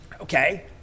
Okay